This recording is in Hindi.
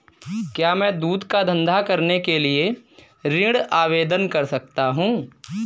क्या मैं दूध का धंधा करने के लिए ऋण आवेदन कर सकता हूँ?